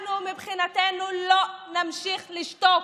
אנחנו מבחינתנו לא נמשיך לשתוק.